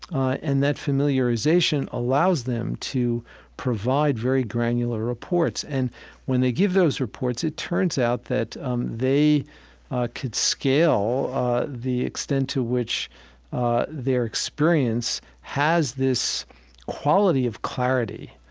and that familiarization allows them to provide very granular reports. and when they give those reports, it turns out that um they could scale the extent to which their experience has this quality of clarity,